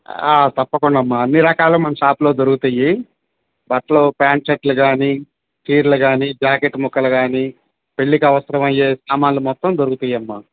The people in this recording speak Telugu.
తప్పకుండమ్మా అన్ని రకాలు మన షాప్లో దొరుకుతియి బట్టలు పాంట్ షర్ట్లు కాని చీరలు కాని జాకెటు ముక్కలు కాని పెళ్ళికి అవసరమయ్యే సామాన్లు మొత్తం దొరుకుతాయి అమ్మా